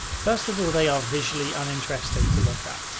first of all, they are visually uninteresting to look at.